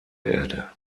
erde